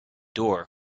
door